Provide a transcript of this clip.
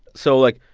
so, like,